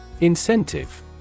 Incentive